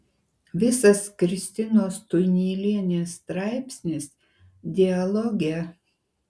visas kristinos tuinylienės straipsnis dialoge